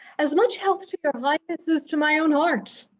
as much health to your highness as to my own heart.